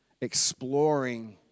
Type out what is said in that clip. exploring